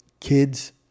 kids